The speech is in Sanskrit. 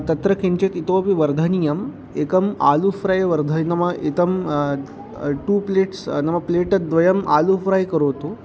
तत्र किञ्चित् इतोपि वर्धनीयम् एकम् आलुकं फ़्रै वर्धनम् इतं टु प्लेट्स् नाम प्लेट द्वयम् आलुकं फ़्रै करोतु